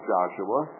Joshua